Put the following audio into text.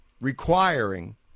requiring